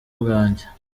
bwanjye